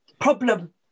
problem